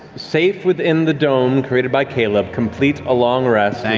safe within the dome created by caleb, complete a long rest and